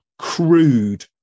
crude